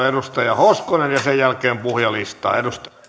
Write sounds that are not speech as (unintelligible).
(unintelligible) edustaja hoskonen ja sen jälkeen puhujalistaan